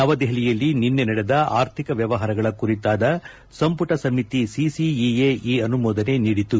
ನವದೆಹಲಿಯಲ್ಲಿ ನಿನ್ನೆ ನಡೆದ ಆರ್ಥಿಕ ವ್ಯವಹಾರಗಳ ಕುರಿತಾದ ಸಂಪುಟ ಸಮಿತಿ ಸಿಸಿಇಎ ಈ ಅನುಮೋದನೆ ನೀಡಿತು